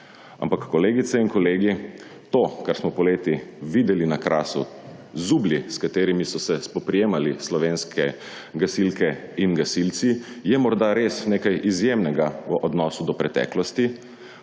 Ampak, kolegice in kolegi, to, kar smo poleti videli na Krasu, zublji, s katerimi so se spoprijemali slovenske gasilke in gasilci, je morda res nekaj izjemnega v odnosu do preteklosti,